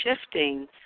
shifting